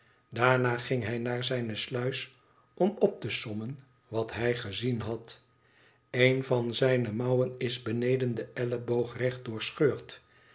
daarna ging hij naar zijne sluis om op te sommen wat hij gezien had f een van zijne mouwen is beneden den elleboog recht doorgescheurd